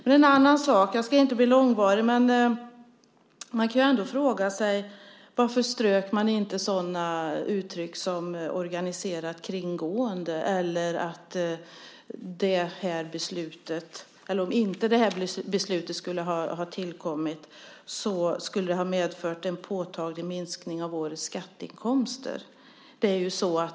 En annan sak - jag ska inte bli långvarig - är att man kan fråga sig varför man inte strök sådana uttryck som organiserat kringgående eller att om inte det här beslutet skulle ha tillkommit skulle det ha medfört en påtaglig minskning av våra skatteinkomster.